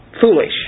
foolish